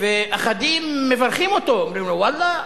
ואחדים מברכים אותו, אומרים לו: ואללה,